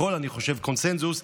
זה קונסנזוס,